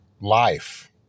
life